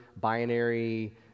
binary